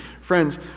Friends